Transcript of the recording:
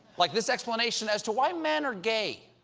like this explanation as to why men are gay.